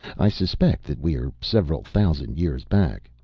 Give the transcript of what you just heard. i suspect that we are several thousand years back.